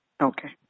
okay